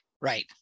right